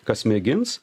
kas mėgins